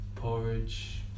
porridge